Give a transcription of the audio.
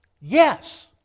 Yes